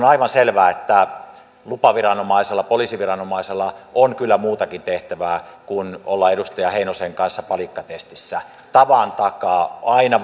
aivan selvää että lupaviranomaisella poliisiviranomaisella on kyllä muutakin tehtävää kuin olla edustaja heinosen kanssa palikkatestissä tavan takaa aina